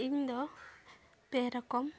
ᱤᱧᱫᱚ ᱯᱮ ᱨᱚᱠᱚᱢ